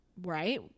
right